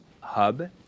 hub